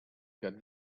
got